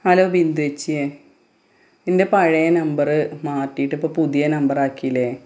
hello ബിന്ദുവേച്ചിയെ എന്റെ പഴയ നമ്പറ് മാറ്റീട്ട് ഇപ്പം പുതിയ നമ്പറാക്കിയില്ലേ